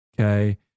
Okay